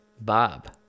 Bob